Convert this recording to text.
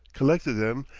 collected them,